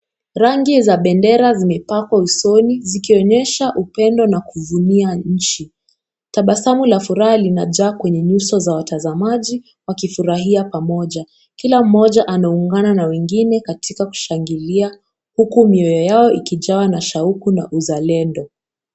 Rangi za bendera zimepakwa usoni zikionyesha upendo na kuvunia nchi. Tabasamu la furaha linajaa kwenye nyuso za watazamaji wakifurahia pamoja. Kila mmoja anaungana na wengine katika kushangilia huku mioyo yao ikijawa na shauku na uzalendo.